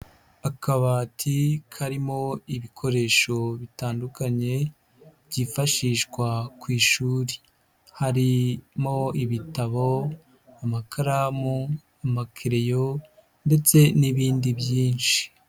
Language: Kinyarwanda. Akabati karimo ibikoresho bitandukanye byifashishwa ku ishuri. Harimo ibitabo, amakaramu, amakereyo ndetse n'ibindi byinshi.